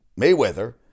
Mayweather